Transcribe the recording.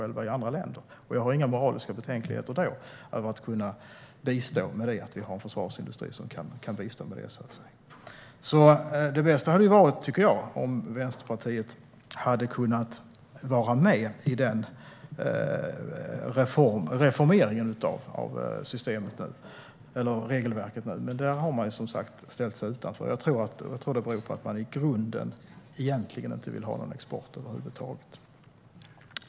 Jag har inga moraliska betänkligheter över att vi har en försvarsindustri som kan bistå med det. Det bästa hade varit om Vänsterpartiet hade varit med i reformeringen av regelverket. Men här har man som sagt ställt sig utanför. Jag tror att det beror på att man i grunden inte vill ha någon export över huvud taget.